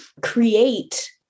create